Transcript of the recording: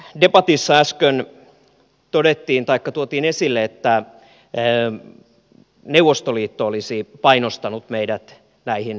tässä debatissa äsken tuotiin esille että neuvostoliitto olisi painostanut meidät näihin sotasyyllisyysoikeudenkäynteihin